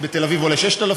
אם בתל אביב היא עולה 6,000,